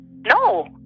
No